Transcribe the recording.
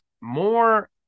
more